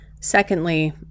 Secondly